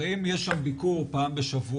הרי אם יש שם ביקור פעם בשבוע,